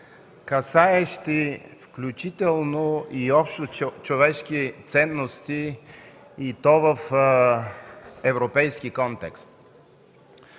касаещи включително и общочовешки ценности и то в европейски контекст.